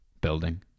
building